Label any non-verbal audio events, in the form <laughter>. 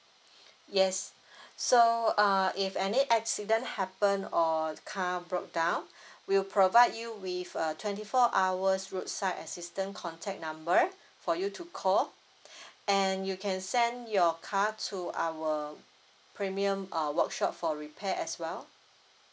<breath> yes <breath> so uh if any accident happen or car broke down <breath> we'll provide you with a twenty four hours road side assistant contact number for you to call <breath> and you can send your car to our premium uh workshop for repair as well